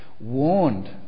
warned